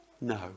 No